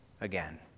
again